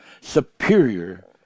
superior